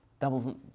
double